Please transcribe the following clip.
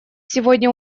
сегодня